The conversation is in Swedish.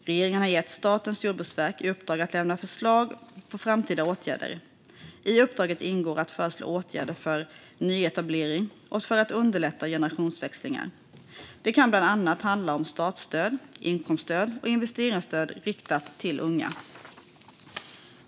Regeringen har gett Statens jordbruksverk i uppdrag att lämna förslag på framtida åtgärder. I uppdraget ingår att föreslå åtgärder för nyetablering och för att underlätta generationsväxlingar. Det kan bland annat handla om startstöd, inkomststöd och investeringsstöd riktat till unga.